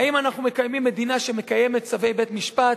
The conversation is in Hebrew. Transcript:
האם אנחנו מדינה שמקיימת צווי בית-משפט,